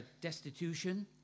destitution